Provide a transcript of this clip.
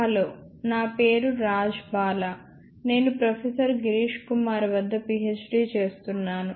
hello నా పేరు రాజ్బాలా నేను ప్రొఫెసర్ గిరీష్ కుమార్ వద్ద పిహెచ్డి చేస్తున్నాను